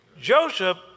Joseph